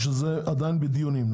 שנמצא עדיין בדיונים,